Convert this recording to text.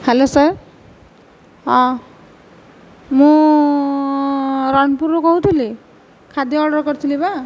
hello sir ହଁ ମୁଁ ରଣପୁରରୁ କହୁଥିଲି ଖାଦ୍ୟ ଅର୍ଡ଼ର କରିଥିଲି ପା